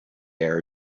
air